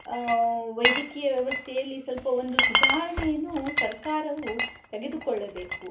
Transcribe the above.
ವೈದ್ಯಕೀಯ ವ್ಯವಸ್ಥೆಯಲ್ಲಿ ಸ್ವಲ್ಪ ಒಂದು ಸುಧಾರಣೆಯನ್ನು ಸರ್ಕಾರವು ತೆಗೆದುಕೊಳ್ಳಬೇಕು